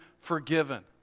forgiven